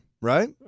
right